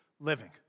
living